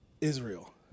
Israel